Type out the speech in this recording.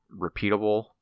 repeatable